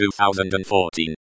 2014